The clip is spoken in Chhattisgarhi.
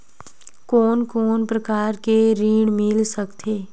कोन कोन प्रकार के ऋण मिल सकथे?